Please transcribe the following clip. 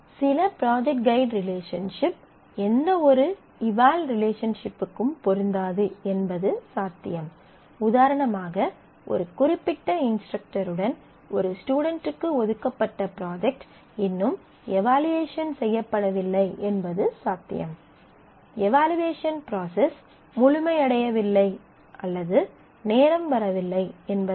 சில project guide relationship எந்தவொரு eval ரிலேஷன்ஷிப்க்கும் பொருந்தாது என்பது சாத்தியம் உதாரணமாக ஒரு குறிப்பிட்ட இன்ஸ்ட்ரக்டருடன் ஒரு ஸ்டுடென்ட்டுக்கு ஒதுக்கப்பட்ட ப்ராஜெக்ட் இன்னும் எவலுயேசன் செய்யப்படவில்லை என்பது சாத்தியம் எவலுயேசன் ப்ராசஸ் முழுமையடையவில்லை அல்லது நேரம் வரவில்லை என்பதாகும்